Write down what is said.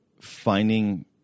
finding